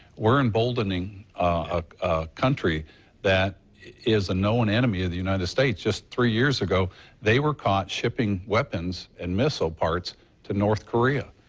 we're emboldening a country that is a known enemy of the united states. just throa years ago they were caught shipping weapons and missile parts to north korea.